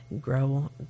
grow